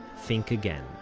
think again.